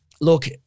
look